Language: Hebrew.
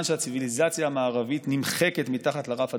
שהציוויליזציה המערבית נמחקת מתחת לרף הדמוגרפי?